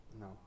No